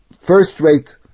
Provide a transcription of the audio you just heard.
first-rate